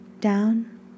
down